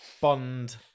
bond